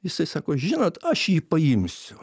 jisai sako žinot aš jį paimsiu